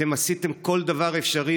אתם עשיתם כל דבר אפשרי,